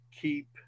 keep